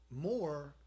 more